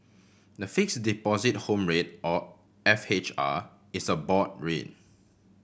the fix deposit home rate or F H R is a board rate